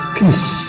peace